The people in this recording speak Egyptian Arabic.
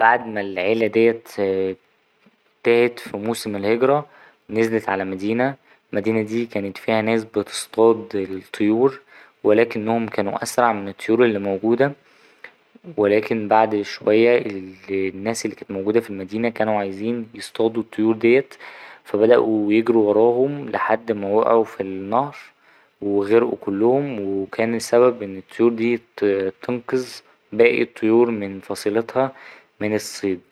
بعد ما العيلة ديت تاهت في موسم الهجرة نزلت على مدينة المدينة، المدينة دي كان فيها ناس بتصطاد الطيور ولكنهم كانوا أسرع من الطيور اللي موجودة ولكن بعد شوية الناس اللي كانت في المدينة كانوا عايزين يصطادوا الطيور ديه فا بدأوا يجروا وراهم لحد ما وقعوا في النهر و غرقوا كلهم وكان سبب إن الطيور دي تنقذ باقي طيور من فصيلتها من الصيد.